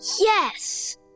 Yes